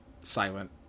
silent